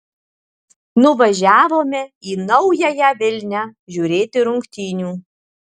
nuvažiavome į naująją vilnią žiūrėti rungtynių